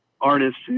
artists